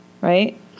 right